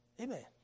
Amen